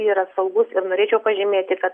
yra saugus ir norėčiau pažymėti kad